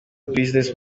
business